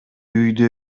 үйдө